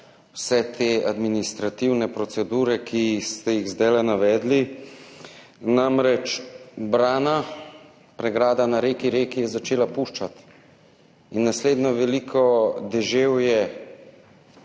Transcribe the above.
vse te administrativne procedure, ki ste jih zdaj navedli. Namreč brana, pregrada na reki Reki, je začela puščati in naslednje veliko deževje,